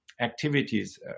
activities